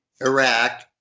Iraq